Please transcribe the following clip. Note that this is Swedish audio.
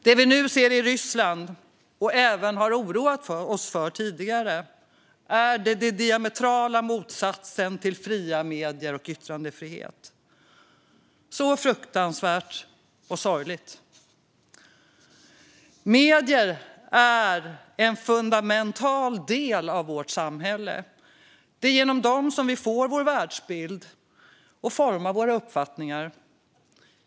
Det vi nu ser i Ryssland och även har oroat oss för tidigare är den diametrala motsatsen till fria medier och yttrandefrihet. Det är så fruktansvärt och så sorgligt. Medier är en fundamental del av vårt samhälle. Det är genom dem vi får vår världsbild och formar våra uppfattningar.